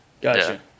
gotcha